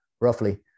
roughly